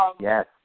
Yes